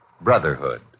brotherhood